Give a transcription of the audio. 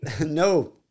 no